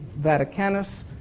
Vaticanus